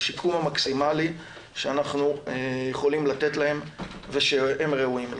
לשיקום המקסימלי שאנחנו יכולים לתת להם ושהם ראויים לו.